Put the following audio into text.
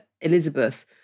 Elizabeth